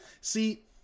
See